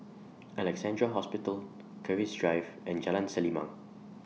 Alexandra Hospital Keris Drive and Jalan Selimang